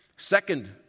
Second